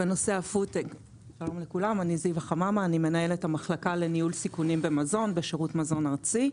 אני מנהלת המחלקה לניהול סיכונים במזון בשירות מזון ארצי.